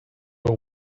are